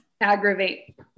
aggravate